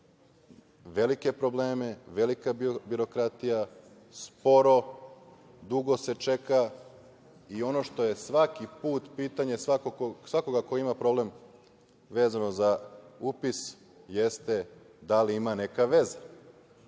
Velike probleme, velika birokratija, sporo, dugo se čeka i ono što je svaki put pitanje svakoga ko ima problem vezano za upis jeste da li ima neka veza.